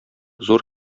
зур